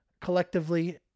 Collectively